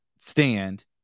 stand